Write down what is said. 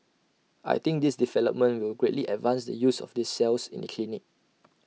I think this development will greatly advance the use of these cells in the clinic